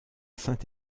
saint